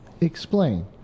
explain